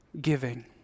giving